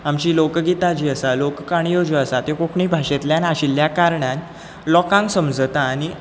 आमचीं लोकगितां जीं आसात लोककाणयो ज्यो आसात त्यो कोंकणी भाशेंतल्यान आशिल्ल्या कारणान लोकांक समजता आनी